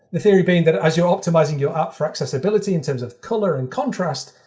the theory being that as you're optimizing your app for accessibility in terms of color and contrast,